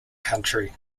country